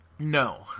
No